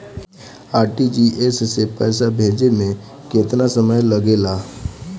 RTGS से पैसा भेजे में केतना समय लगे ला?